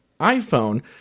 iPhone